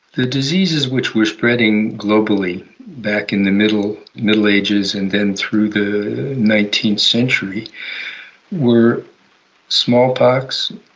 the diseases which were spreading globally back in the middle middle ages and then through the nineteenth century were smallpox,